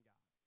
God